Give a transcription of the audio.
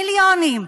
מיליונים,